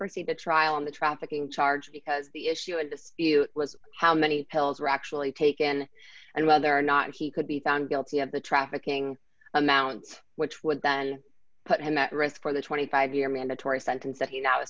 proceed to trial on the trafficking charge because the issue in dispute was how many pills were actually taken and whether or not he could be found guilty of the trafficking amount which would then put him at risk for the twenty five year mandatory sentence that he no